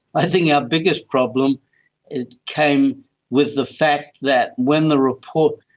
i think our biggest problem came with the fact that when the report,